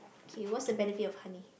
okay what's the benefit of honey